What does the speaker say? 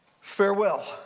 farewell